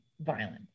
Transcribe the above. violent